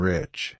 Rich